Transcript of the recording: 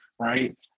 right